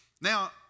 Now